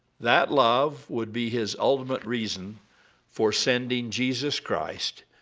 that love would be his ultimate reason for sending jesus christ,